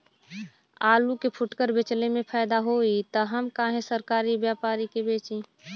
आलू के फूटकर बेंचले मे फैदा होई त हम काहे सरकारी व्यपरी के बेंचि?